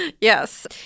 Yes